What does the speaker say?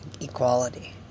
equality